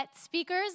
speakers